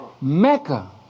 Mecca